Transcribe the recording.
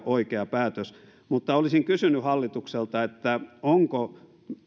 oikea päätös mutta olisin kysynyt hallitukselta onko